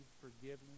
forgiveness